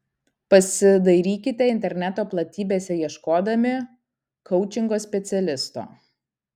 pasidairykite interneto platybėse ieškodami koučingo specialisto